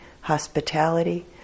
hospitality